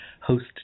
host